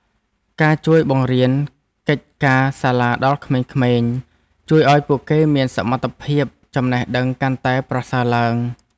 ការជួយបង្រៀនកិច្ចការសាលាដល់ក្មេងៗជួយឱ្យពួកគេមានសមត្ថភាពចំណេះដឹងកាន់តែប្រសើរឡើង។